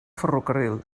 ferrocarril